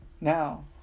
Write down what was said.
now